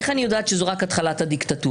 איך אני יודעת שזו רק התחלת הדיקטטורה?